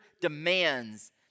demands